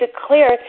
declare